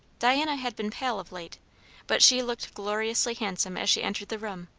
diana had been pale of late but she looked gloriously handsome as she entered the room.